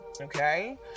okay